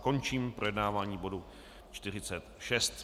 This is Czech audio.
Končím projednávání bodu 46.